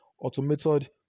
automated